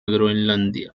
groenlandia